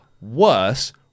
worse